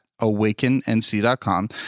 awakennc.com